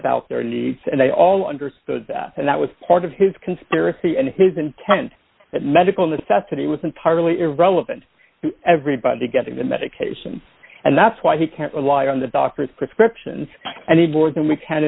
about their needs and they all understood that and that was part of his conspiracy and his intent that medical necessity was entirely irrelevant everybody getting the medications and that's why he can't rely on the doctors prescriptions and the board that we've had